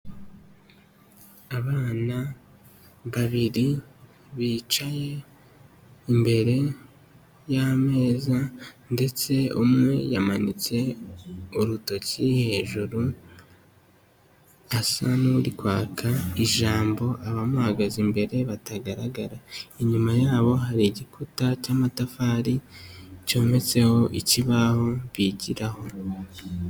Abana babiri bicaye imbere y'ameza ndetse umwe yamanitse urutoki hejuru, asa n'urikwaka ijambo abamuhagaze imbere batagaragara, inyuma yabo hari igikuta cy'amatafari cyometseho ikibaho bigiraho.